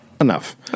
enough